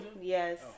Yes